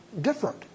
different